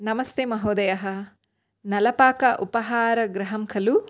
नमस्ते महोदयः नलपाक उपाहार गृहं खलु